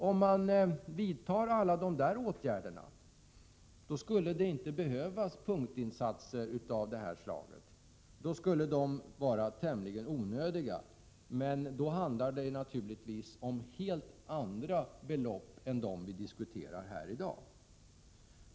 Om alla dessa åtgärder vidtas skulle det inte behöva göras punktinsatser av det här slaget — då skulle sådana vara tämligen onödiga. Men då handlar det naturligtvis om helt andra belopp än dem vi diskuterar här i dag.